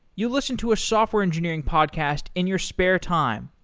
you listen to a software engineering podcast in your spare time,